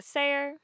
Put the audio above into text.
Sayer